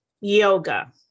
yoga